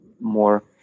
more